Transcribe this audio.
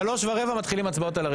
אנחנו נצא להפסקה ונצביע על